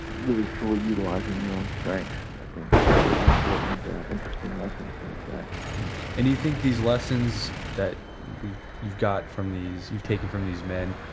really fully utilizing your own strengths i think it's an important interesting lessons from these guys and, you think these lessons that you've got from these, you've taken from these men,